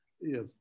yes